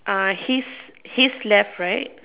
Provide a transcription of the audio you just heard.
uh his his left right